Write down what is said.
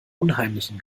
unheimlichen